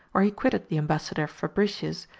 where he quitted the ambassador fabricius,